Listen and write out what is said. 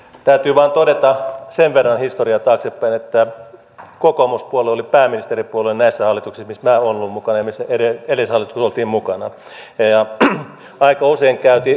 täytyy vain todeta sen verran historiaa taaksepäin että kokoomuspuolue oli pääministeripuolue näissä hallituksissa missä minä olen ollut mukana ja missä edellisessä hallituksessa olimme mukana